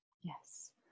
Yes